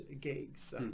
gigs